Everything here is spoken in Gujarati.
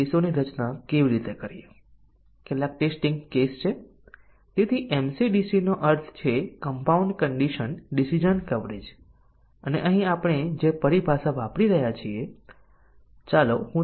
તેથી તે સૌથી સખત ટેસ્ટીંગ છે પરંતુ ચાલો જોઈએ કે આ કન્ડિશન ટેસ્ટીંગ તકનીકોમાં શું ખામીઓ છે